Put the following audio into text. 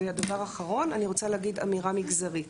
הדבר האחרון: אני רוצה להגיד אמירה מגזרית